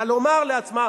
אלא לומר לעצמה: